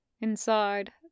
Inside